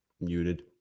Muted